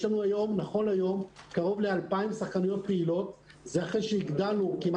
נכון להיום יש לנו קרוב ל-2,000 שחקניות פעילות,